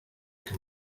can